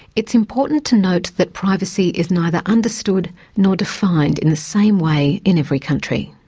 it's important to note that privacy is neither understood nor defined in the same way in every country.